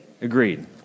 Agreed